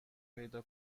پیدا